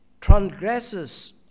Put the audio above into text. transgresses